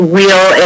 real